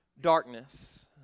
Darkness